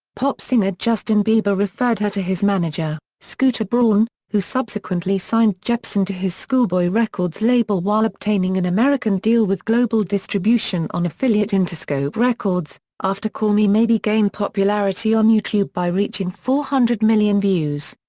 pop singer justin bieber referred her to his manager, scooter braun, who subsequently signed jepsen to his schoolboy records label while obtaining an american deal with global distribution on affiliate interscope records, after call me maybe gained popularity on youtube by reaching four hundred million views.